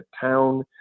town